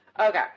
okay